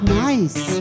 nice